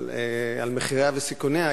על מחיריה וסיכוניה,